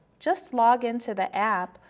just login to the app,